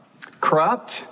Corrupt